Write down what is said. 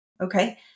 Okay